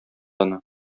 аны